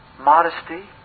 modesty